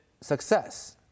success